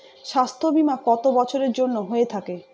স্বাস্থ্যবীমা কত বছরের জন্য হয়ে থাকে?